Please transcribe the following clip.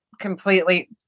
completely